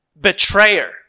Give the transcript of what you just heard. betrayer